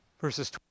verses